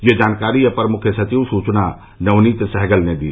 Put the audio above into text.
यह जानकारी अपर मुख्य सचिव सुचना नवनीत सहगल ने दी